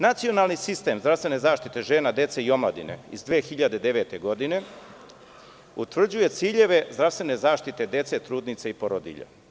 Nacionalni sistem zdravstvene zaštite žena, dece i omladine iz 2009. godine utvrđuje ciljeve zdravstvene zaštite dece, trudnica i porodilja.